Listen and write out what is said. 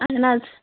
اَہَن حظ